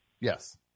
Yes